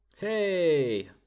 Hey